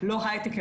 לא היי-טק,